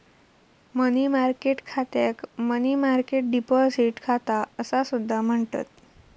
मनी market खात्याक money market deposit खाता असा सुद्धा म्हणतत